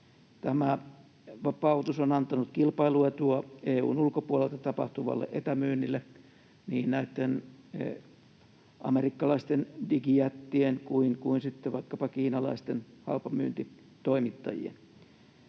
Tämä vapautus on antanut kilpailuetua EU:n ulkopuolelta tapahtuvalle etämyynnille, niin näille amerikkalaisille digijäteille kuin sitten vaikkapa kiinalaisille halpamyyntitoimittajille.